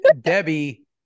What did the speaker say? Debbie